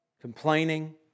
Complaining